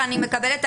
אני מקבלת,